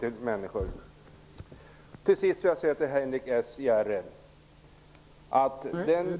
Till sist vill jag säga följande till Henrik S Järrel.